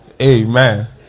Amen